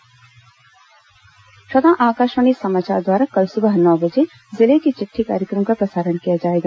जिले की चिट्ठी आकाशवाणी समाचार द्वारा कल सुबह नौ बजे जिले की चिट्ठी कार्यक्रम का प्रसारण किया जाएगा